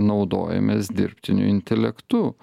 naudojamės dirbtiniu intelektu